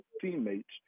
teammates